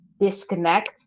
disconnect